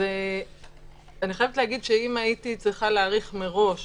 אם הייתי צריכה להעריך מראש